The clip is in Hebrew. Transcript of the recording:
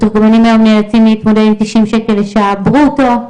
מתורגמנים היום נאלצים להתמודד עם תשעים ₪ לשעה ברוטו.